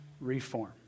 reform